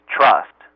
trust